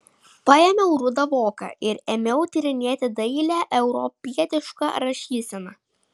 paėmiau rudą voką ir ėmiau tyrinėti dailią europietišką rašyseną